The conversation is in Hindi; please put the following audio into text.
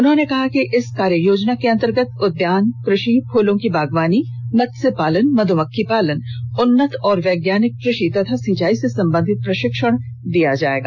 उन्होंने कहा कि इस कार्ययोजना के अंतर्गत उद्यान कृषि फूलों की बागवानी मत्स्य पालन मध्यमक्खी पालन उन्नत एवं वैज्ञानिक कृषि और सिंचाई से संबंधित प्रशिक्षण दिया जाएगा